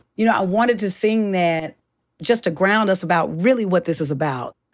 you know, i wanted to sing that just to ground us about really what this is about.